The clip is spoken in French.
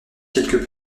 quelques